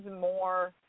more